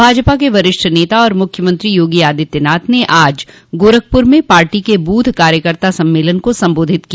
भाजपा के वरिष्ठ नेता और मुख्यमंत्री योगी आदित्यनाथ ने आज गोरखपुर में पार्टी के बूथ कार्यकर्ता सम्मेलन को संबोधित किया